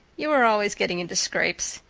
you were always getting into scrapes.